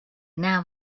now